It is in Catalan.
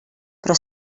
però